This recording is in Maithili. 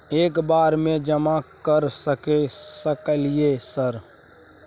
एक बार में जमा कर सके सकलियै सर?